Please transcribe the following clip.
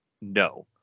No